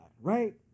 right